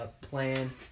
plan